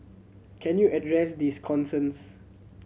can you address these concerns